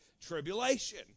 tribulation